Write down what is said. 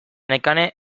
nekane